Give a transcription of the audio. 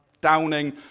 downing